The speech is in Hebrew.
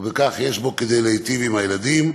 וכך יש בו כדי להיטיב עם הילדים.